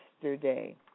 yesterday